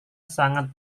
sangat